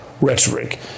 rhetoric